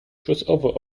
crossover